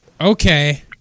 Okay